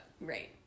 Right